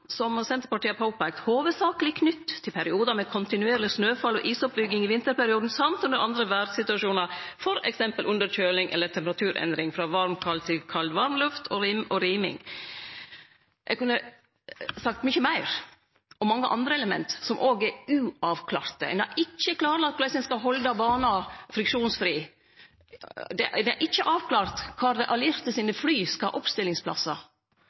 Senterpartiet har påpeikt, hovudsakleg knytt til periodar med kontinuerleg snøfall og isoppbygging i vinterperioden og under andre vêrsituasjonar, f.eks. under kjøling eller temperaturendring frå varm/kald til kald/varm luft og riming. Eg kunne sagt mykje meir om mange andre element som òg er uavklarte. Ein har ikkje klarlagt korleis ein skal halde bana friksjonsfri. Det er ikkje avklart kvar flya til dei allierte skal ha oppstillingsplassar.